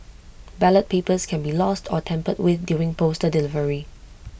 ballot papers can be lost or tampered with during postal delivery